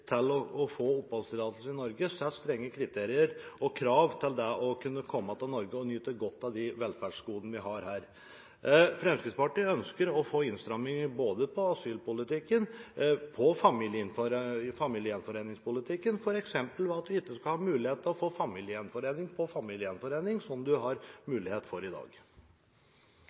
kriterier for å få oppholdstillatelse i Norge, har strenge kriterier og krav for å kunne komme til Norge og nyte godt av de velferdsgodene vi har her. Fremskrittspartiet ønsker å få innstramminger både i asylpolitikken og i familiegjenforeningspolitikken, f.eks. ved at en ikke skal ha mulighet til å få familiegjenforening etter familiegjenforening, som en har mulighet til i dag.